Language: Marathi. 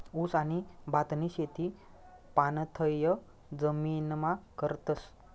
ऊस आणि भातनी शेती पाणथय जमीनमा करतस